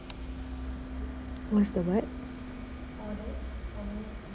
what's the word